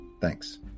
Thanks